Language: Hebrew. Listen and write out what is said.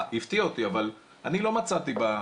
אבל אני לא מצאתי בה,